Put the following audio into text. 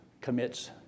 commits